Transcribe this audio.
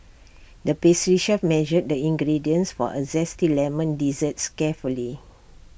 the pastry chef measured the ingredients for A Zesty Lemon Dessert carefully